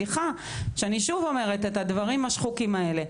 סליחה שאני שוב אומרת את הדברים השחוקים האלה.